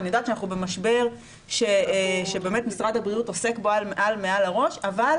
אני יודעת שאנחנו במשבר שבאמת משרד הבריאות עוסק בו עד מעל לראש אבל